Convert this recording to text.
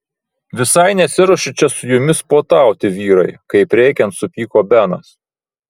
visai nesiruošiu čia su jumis puotauti vyrai kaip reikiant supyko benas